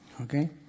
okay